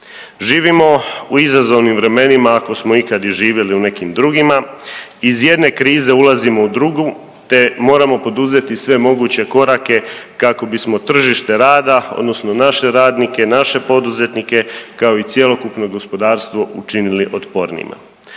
Živimo u izazovnim vremenima ako smo ikada i živjeli u nekim drugima. Iz jedne krize ulazimo u drugu te moramo poduzeti sve moguće korake kako bismo tržište rada odnosno naše radnike, naše poduzetnike kao i cjelokupno gospodarstvo učinili otpornijima.